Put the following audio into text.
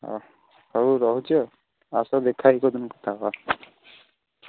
ହଉ ରହୁଛି ଆଉ ଆସ ଦେଖାହେଇ କୋଉଦିନ କଥା ହେବା